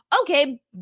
Okay